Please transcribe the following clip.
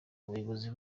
abayobozi